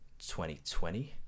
2020